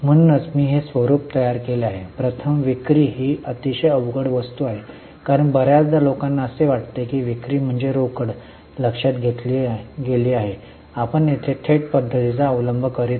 म्हणूनच मी हे स्वरूप तयार केले आहे प्रथम विक्री ही अतिशय अवघड वस्तू आहे कारण बर्याचदा लोकांना असे वाटते की विक्री म्हणजे रोकड लक्षात घेतली गेली आहे आपण थेट पध्दतीचा अवलंब करीत नाही